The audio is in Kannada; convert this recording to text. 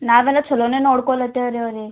ನಾವೆಲ್ಲ ಛಲೋ ನೋಡ್ಕೋಳತ್ತೆವು ರಿ ಅವ್ರ